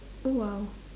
oh !wow!